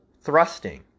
thrusting